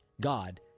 God